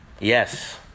Yes